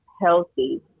healthy